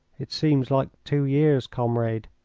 it seems like two years. comrade,